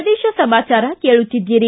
ಪ್ರದೇಶ ಸಮಾಚಾರ ಕೇಳುತ್ತಿದ್ದಿರಿ